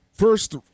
First